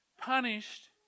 punished